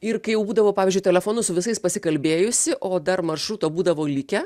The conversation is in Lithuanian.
ir kai jau būdavau pavyzdžiui telefonu su visais pasikalbėjusi o dar maršruto būdavo likę